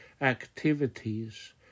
activities